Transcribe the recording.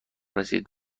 رسید